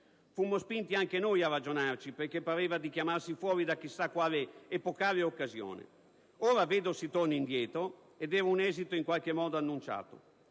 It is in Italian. Fummo spinti anche noi a ragionarci, perché altrimenti pareva chiamarsi fuori da chissà quale epocale occasione. Ora vedo che si torna indietro, ed è un esito in qualche modo annunciato,